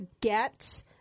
get